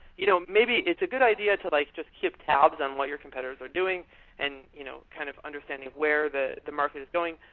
you know maybe it's a good idea to like just keep tabs on what your competitors are doing and you know kind kind of understanding of where the the market is going,